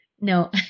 No